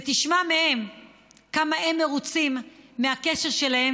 ותשמע מהם כמה הם מרוצים מהקשר שלהם